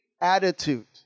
attitude